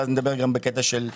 ואז נדבר גם בקטע של נציגים.